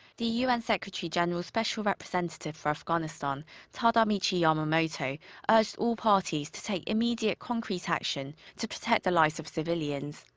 the un secretary-general's special representative for afghanistan tadamichi yamamoto urged all parties to take immediate concrete action to protect the lives of civilians.